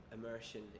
immersion